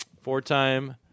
Four-time